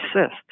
assist